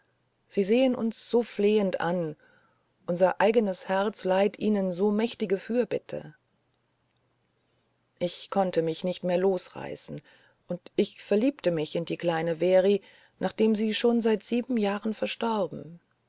sie sehen uns dann so flehend an unser eigenes herz leiht ihnen so mächtige fürbitte ich konnte mich nicht mehr losreißen und ich verliebte mich in die kleine very nachdem sie schon seit sieben jahren verstorben